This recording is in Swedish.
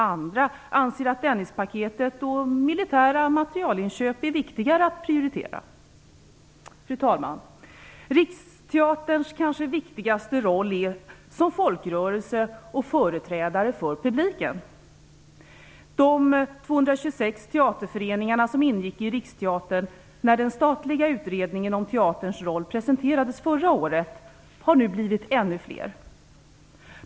Andra anser att Dennispaketet och militära matierielinköp är viktigare att prioritera. Fru talman! Riksteaterns kanske viktigaste roll är den som folkrörelse och företrädare för publiken. De 226 teaterföreningarna som ingick i Riksteatern när den statliga utredningen om teaterns roll presenterades förra året har nu blivit ännu fler.